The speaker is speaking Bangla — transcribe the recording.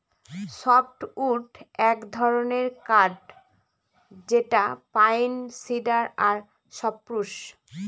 সফ্টউড এক ধরনের কাঠ যেটা পাইন, সিডার আর সপ্রুস